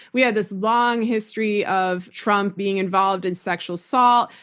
we had this long history of trump being involved in sexual assault,